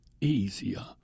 easier